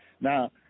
Now